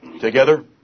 Together